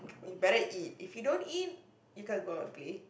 you better eat if you don't eat you can't go out and play